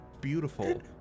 Beautiful